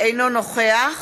אינו נוכח